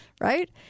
right